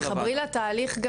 תחברי לתהליך,